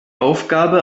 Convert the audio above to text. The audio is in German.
aufgabe